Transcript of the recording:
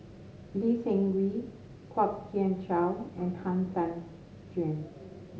Lee Seng Wee Kwok Kian Chow and Han Tan Juan